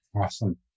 Awesome